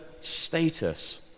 status